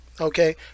okay